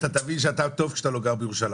אתה תבין שטוב שאתה לא גר בירושלים.